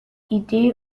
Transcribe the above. idee